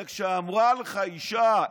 הרי כשאמרה לך אישה,